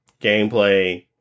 gameplay